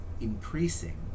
increasing